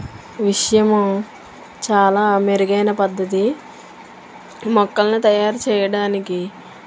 విషయము చాలా మెరుగైన పద్ధతి మొక్కలని తయారు చేయడానికి